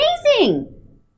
amazing